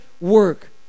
work